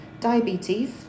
diabetes